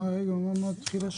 מה אומרת התחילה?